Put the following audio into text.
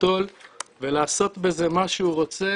ליטול ולעשות בזה מה שהוא רוצה